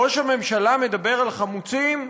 ראש הממשלה מדבר על חמוצים,